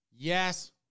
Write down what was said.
Yes